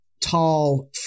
tall